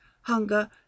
hunger